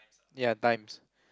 ya times